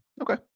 Okay